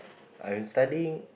I'm studying